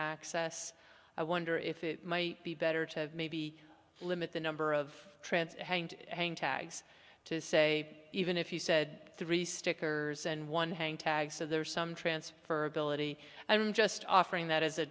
access i wonder if it might be better to maybe limit the number of transit hanged hang tags to say even if he said three stickers and one hang tags so there's some transfer ability i'm just offering that as a